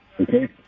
okay